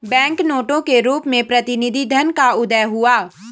bank नोटों के रूप में प्रतिनिधि धन का उदय हुआ